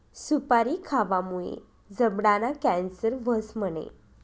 सुपारी खावामुये जबडाना कॅन्सर व्हस म्हणे?